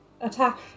attack